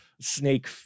snake